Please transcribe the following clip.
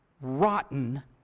rotten